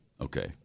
Okay